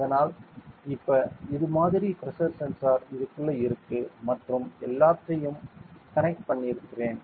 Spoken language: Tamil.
அதனால இப்ப இது மாதிரி பிரஷர் சென்சார் இதுக்குள்ள இருக்கு மற்றும் எல்லாத்தையும் கனெக்ட் பண்ணியிருக்கேன்